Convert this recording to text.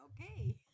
okay